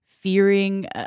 fearing